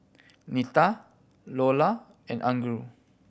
Nita Iola and Alger